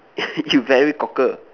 eh you very cocker